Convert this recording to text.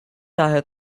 daher